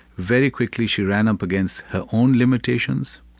very quickly she ran up against her own limitations,